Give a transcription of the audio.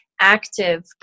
active